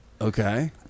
Okay